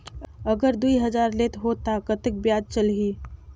अगर दुई हजार लेत हो ता कतेक ब्याज चलही?